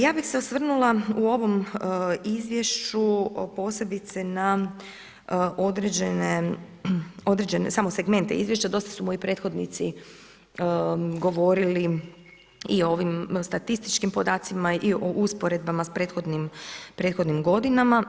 Ja bih se osvrnula u ovom izvješću posebice na određene samo segmente izvješća, dosta su moji prethodnici govorili i o ovim statističkim podacima i o usporedbama s prethodnim godinama.